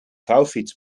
vouwfiets